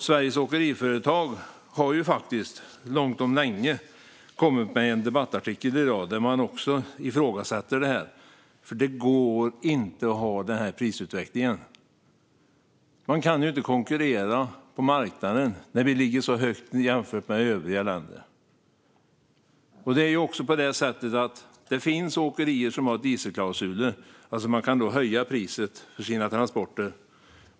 Sveriges Åkeriföretag har långt om länge kommit med en debattartikel i dag där man ifrågasätter detta. Det går inte att ha den här prisutvecklingen. Man kan inte konkurrera på marknaden när Sverige ligger så högt jämfört med övriga länder. Det finns åkerier som har dieselklausuler. De kan alltså höja priset för sina transporter.